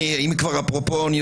אם כבר ניו-זילנד,